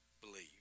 believe